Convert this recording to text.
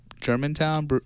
Germantown